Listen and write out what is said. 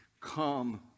Come